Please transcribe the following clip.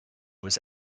was